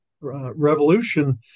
revolution